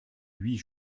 huit